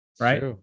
Right